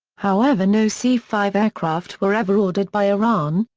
however no c five aircraft were ever ordered by iran,